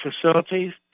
facilities